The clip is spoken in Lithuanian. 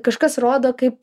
kažkas rodo kaip